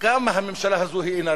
כמה הממשלה הזאת אינה רצינית?